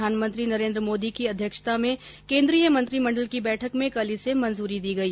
प्रधानमंत्री नरेन्द्र मोदी की अध्यक्षता में केन्द्रीय मंत्रिमंडल की बैठक में कल इसे मंजूरी दी गई